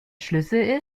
schlüssel